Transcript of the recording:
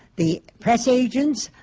the press agents,